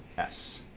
s,